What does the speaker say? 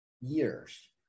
years